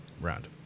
round